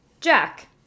Jack